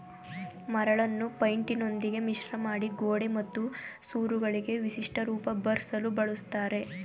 ಮರಳನ್ನು ಪೈಂಟಿನೊಂದಿಗೆ ಮಿಶ್ರಮಾಡಿ ಗೋಡೆ ಮತ್ತು ಸೂರುಗಳಿಗೆ ವಿಶಿಷ್ಟ ರೂಪ ಬರ್ಸಲು ಬಳುಸ್ತರೆ